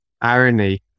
irony